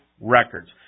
records